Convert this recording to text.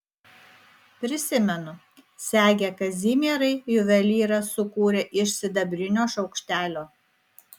prisimenu segę kazimierai juvelyras sukūrė iš sidabrinio šaukštelio